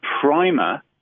primer